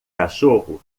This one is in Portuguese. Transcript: cachorro